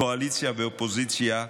קואליציה ואופוזיציה כאחד.